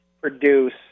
produce